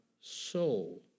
soul